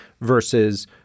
versus